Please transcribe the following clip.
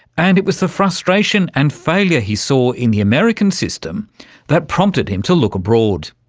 and it was the frustration and failure he saw in the american system that prompted him to look abroad.